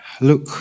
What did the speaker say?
look